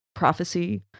prophecy